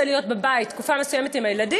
להיות בבית תקופה מסוימת עם הילדים,